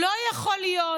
לא יכול להיות